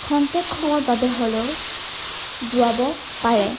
খন্তেক সময়ৰ বাবে হ'লেও যোৱাব পাৰে